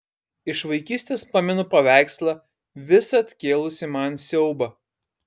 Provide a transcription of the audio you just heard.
iš vaikystės pamenu paveikslą visad kėlusį man siaubą